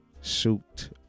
suit